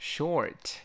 ，Short